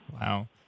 Wow